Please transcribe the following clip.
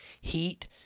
heat